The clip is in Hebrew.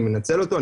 אני מנצל אותו,